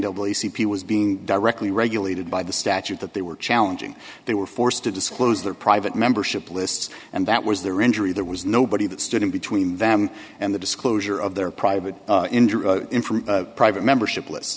p was being directly regulated by the statute that they were challenging they were forced to disclose their private membership lists and that was their injury there was nobody that stood in between them and the disclosure of their private in from private membership lists